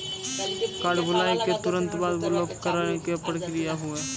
Card भुलाए के तुरंत बाद ब्लॉक करवाए के का प्रक्रिया हुई?